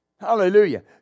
Hallelujah